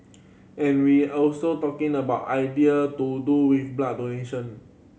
and we also talking about idea to do with blood donation